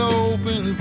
open